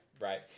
Right